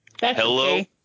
Hello